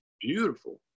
beautiful